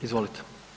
Izvolite.